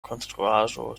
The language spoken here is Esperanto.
konstruaĵo